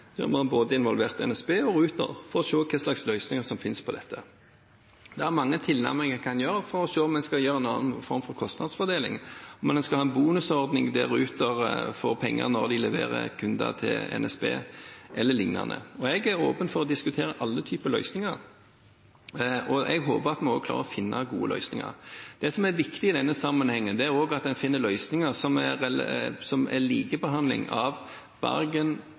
der vi har involvert både NSB og Ruter, for å se hvilke løsninger som finnes på dette. Det er mange tilnærminger en kan ha for å se om en skal gjøre en annen form for kostnadsfordeling – om en skal ha en bonusordning der Ruter får penger når de leverer kunder til NSB, eller lignende. Jeg er åpen for å diskutere alle typer løsninger, og jeg håper at vi også klarer å finne gode løsninger. Det som er viktig i denne sammenhengen, er at en finner løsninger som gir likebehandling av Bergen,